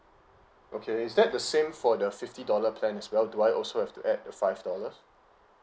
okay is that the same for the fifty dollar plan as well do I also have to add the five dollars